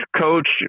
coach